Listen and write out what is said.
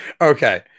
Okay